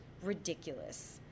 Ridiculous